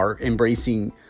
embracing